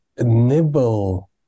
nibble